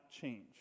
change